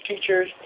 teachers